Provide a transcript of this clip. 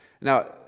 Now